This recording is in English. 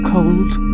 Cold